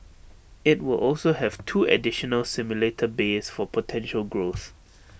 IT will also have two additional simulator bays for potential growth